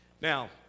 Now